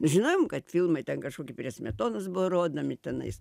nu žinojom kad filmai ten kažkoki prie smetonos buvo rodomi tenais